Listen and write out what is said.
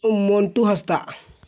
Mantu Hansda